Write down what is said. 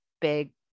big